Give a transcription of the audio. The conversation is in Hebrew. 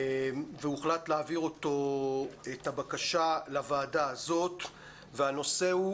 הוחלט להעביר את הבקשה לוועדה הזאת והנושא הוא